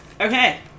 Okay